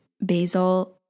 basil